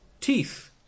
teeth